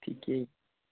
ঠিকেই